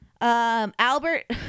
albert